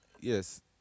Yes